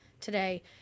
today